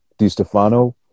DiStefano